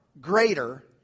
greater